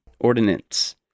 ordinance